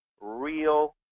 real